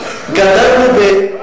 בסביבה,